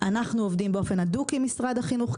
אנחנו עובדים באופן הדוק עם משרד החינוך,